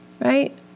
Right